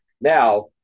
Now